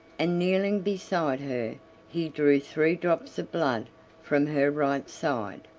and kneeling beside her he drew three drops of blood from her right side,